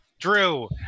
Drew